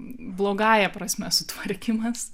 blogąja prasme sutvarkymas